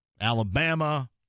Alabama